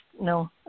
no